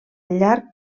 llarg